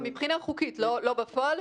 מבחינה חוקית, לא בפועל.